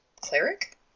cleric